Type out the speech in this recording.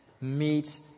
meet